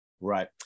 Right